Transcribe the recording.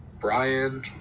Brian